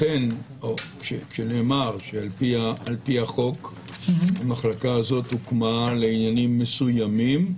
כשנאמר שעל פי החוק המחלקה הזאת הוקמה לעניינים מסוימים,